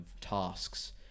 tasks